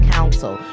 Council